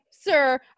sir